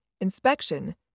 inspection